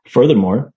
Furthermore